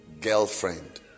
girlfriend